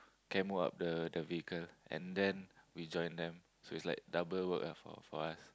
camo up the vehicle and then we join them so it's like double work ah for for us